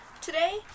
Today